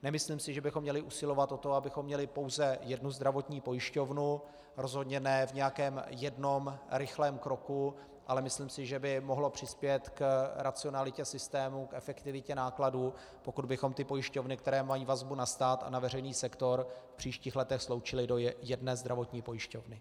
Nemyslím si, že bychom měli usilovat o to, abychom měli pouze jednu zdravotní pojišťovnu, rozhodně ne v nějakém jednom rychlém kroku, ale myslím si, že by mohlo přispět k racionalitě systému, k efektivitě nákladů, pokud bychom pojišťovny, které mají vazbu na stát a na veřejný sektor, v příštích letech sloučili do jedné zdravotní pojišťovny.